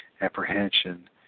apprehension